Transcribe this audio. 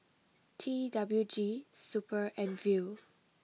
T W G super and Viu